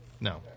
No